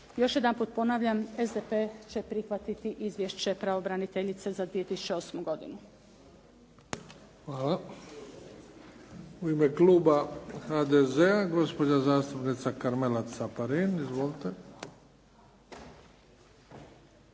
još jedanput ponavljam, SDP će prihvatiti izvješće pravobraniteljice za 2008. godinu. **Bebić, Luka (HDZ)** Hvala. U ime kluba HDZ-a, gospođa zastupnica Karmela Caparin. Izvolite.